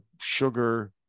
sugar